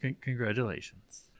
congratulations